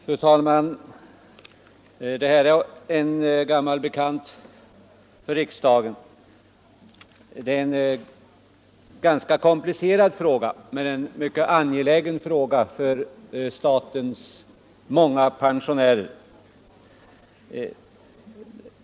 Nr 37 Fru talman! Det här är en gammal bekant fråga för riksdagen. Den Torsdagen den är ganska komplicerad men mycket angelägen för statens många pen 13 mars 1975 sionärer.